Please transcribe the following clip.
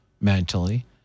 mentally